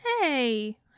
Hey